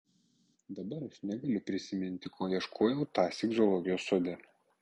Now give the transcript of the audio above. dabar aš negaliu prisiminti ko ieškojau tąsyk zoologijos sode